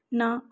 ਨਾ